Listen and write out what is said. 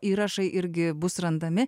įrašai irgi bus randami